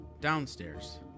downstairs